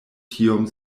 tiom